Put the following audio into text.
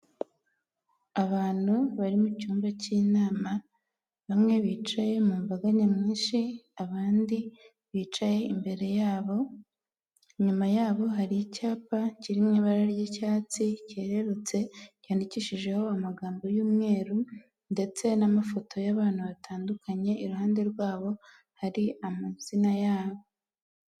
Abantu bari mu cyumba cy'inama bamwe bicaye mu mbaga nyamwinshi abandi bicaye imbere yabo, inyuma yabo hari icyapa kiri mu ibara ry'icyatsi cyererutse cyandikishijeho amagambo y'umweru ndetse n'amafoto y'abantu batandukanye iruhande rwabo hari amazina yabo.